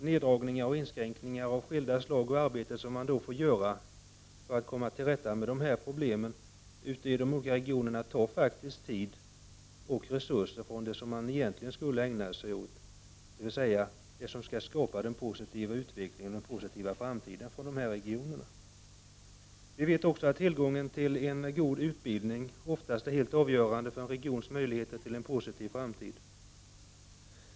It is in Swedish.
Neddragningar och inskränkningar av skilda slag som måste till för att man skall kunna komma till rätta med dessa problem uti i de olika regionerna tar tid att genomföra och resurser från det som man egentligen borde ägna sig åt, dvs. skapa en positiv utveckling och en positiv framtid för dessa regioner. Vi vet att tillgången till god utbildning ofta är helt avgörande för en regions möjligheter till en positiv framtid.